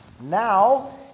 Now